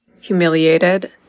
humiliated